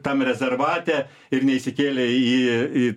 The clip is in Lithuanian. tam rezervate ir neišsikėlė į į